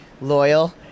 loyal